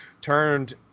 turned